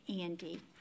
Andy